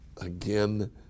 again